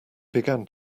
began